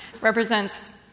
represents